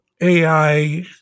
AI